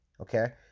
okay